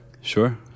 sure